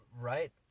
Right